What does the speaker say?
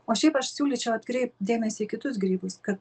o šiaip aš siūlyčiau atkreipt dėmesį į kitus grybus kad